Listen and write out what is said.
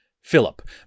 Philip